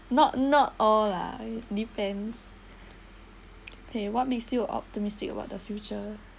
not not all lah depends K what makes you optimistic about the future